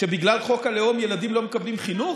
שבגלל חוק הלאום ילדים לא מקבלים חינוך?